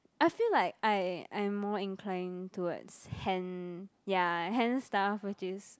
I feel like I I'm more inclined towards hand ya hand stuff which is